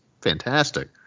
fantastic